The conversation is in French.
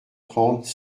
trente